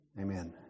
Amen